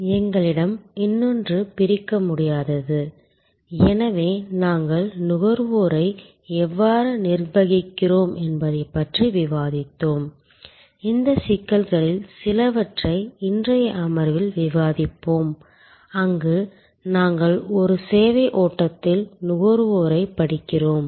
எங்களிடம் இன்னொன்று பிரிக்க முடியாதது எனவே நாங்கள் நுகர்வோரை எவ்வாறு நிர்வகிக்கிறோம் என்பதைப் பற்றி விவாதித்தோம் இந்தச் சிக்கல்களில் சிலவற்றை இன்றைய அமர்வில் விவாதிப்போம் அங்கு நாங்கள் ஒரு சேவை ஓட்டத்தில் நுகர்வோரைப் படிக்கிறோம்